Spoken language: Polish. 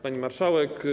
Pani Marszałek!